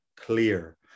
clear